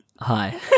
hi